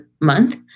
month